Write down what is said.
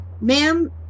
Ma'am